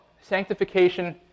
sanctification